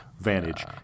Vantage